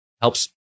helps